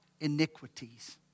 iniquities